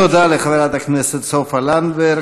תודה לחברת הכנסת סופה לנדבר.